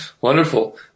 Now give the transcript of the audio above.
Wonderful